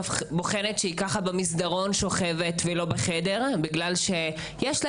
רואה שהיא שוכבת במסדרון ולא בחדר כי יש לה